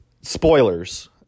spoilers